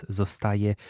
zostaje